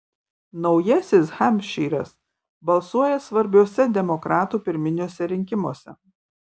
naujasis hampšyras balsuoja svarbiuose demokratų pirminiuose rinkimuose